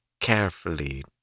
carefully